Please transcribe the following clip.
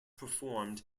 performed